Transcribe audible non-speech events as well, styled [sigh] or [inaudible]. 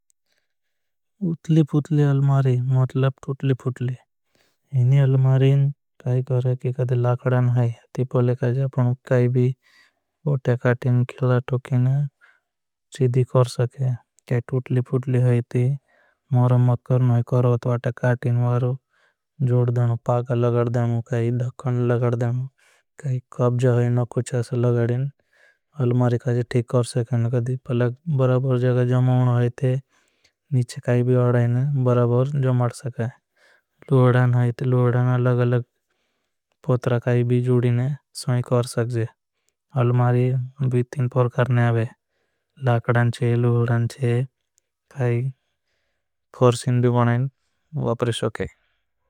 फूटली अलमारी मतलब तूटली फूटली अलमारीं काई करें। कि कदी लाकड़ा नहीं है पहले काई जापनों काई भी वोटे। काटिन खिला तूकिन चीदी कर सकें तूटली फूटली है ती। मोरम मत करना है करवत वाटे काटिन वारू देनों पाका। लगड़ देनों काई ढक्कन लगड़ देनों काई कापजा है ना कुछ। आसा लगड़ेन काई थिक कर सकें पहला बराबर जग़ा। जमाओन है थे नीच काई भी ओड़ा है ना बराबर जमाड़ सकें। है थे लोहड़ान अलग अलग [hesitation] पोत्रा काई। भी जूड़ी ना समय कर सकें दुई तीन प्रकार ने आवे लकदान। छे लोहड़ान छे वापरे सोके।